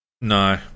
No